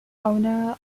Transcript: owner